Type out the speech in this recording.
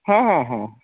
हाँ हाँ हाँ